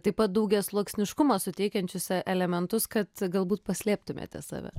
taip pat daugiasluoksniškumą suteikiančius elementus kad galbūt paslėptumėte save